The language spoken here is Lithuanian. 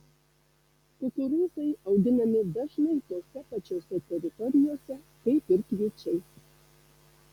kukurūzai auginami dažnai tose pačiose teritorijose kaip ir kviečiai